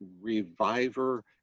reviver